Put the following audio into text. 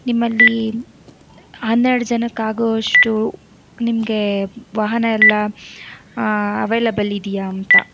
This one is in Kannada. ನಿಮ್ಮಲ್ಲಿ ಹನ್ನೆರಡು ಜನಕ್ಕೆ ಆಗುವಷ್ಟು ನಿಮ್ಗೆ ವಾಹನ ಎಲ್ಲ ಅವೈಲೇಬಲ್ ಇದೆಯಾ ಅಂತ